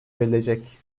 verilecek